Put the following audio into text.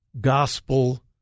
gospel